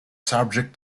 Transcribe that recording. subject